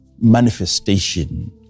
manifestation